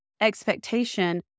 expectation